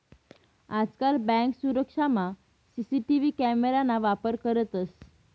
आजकाल बँक सुरक्षामा CCTV camera ना वापर करतंस